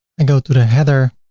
and go to the header.